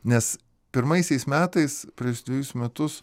nes pirmaisiais metais prieš dvejus metus